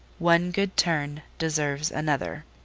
one good turn deserves another.